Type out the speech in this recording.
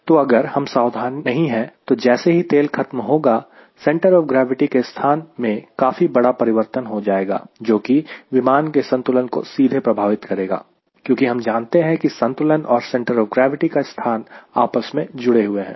तो अगर हम सावधान नहीं है तो जैसे ही तेल खत्म होगा सेंटर ऑफ ग्रैविटी के स्थान में काफी बड़ा परिवर्तन हो जाएगा जो कि विमान के संतुलन को सीधे प्रभावित करेगा क्योंकि हम जानते हैं की संतुलन और सेंटर ऑफ ग्रैविटी का स्थान आपस में जुड़े हुए हैं